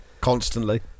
Constantly